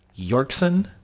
Yorkson